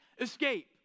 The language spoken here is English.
escape